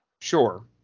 Sure